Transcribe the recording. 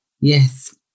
Yes